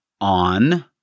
on